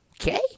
okay